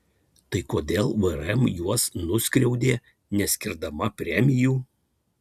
tai kodėl vrm juos nuskriaudė neskirdama premijų